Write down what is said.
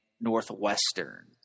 Northwestern